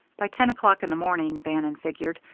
by ten o'clock in the morning, bannon figured,